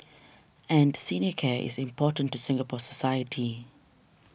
and senior care is important to Singapore society